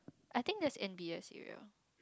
I think that's N_B_S area